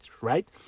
right